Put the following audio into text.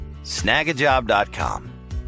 Snagajob.com